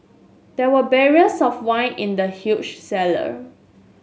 there were barrels of wine in the huge cellar